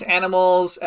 animals